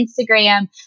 Instagram